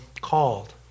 called